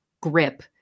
grip